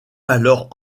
alors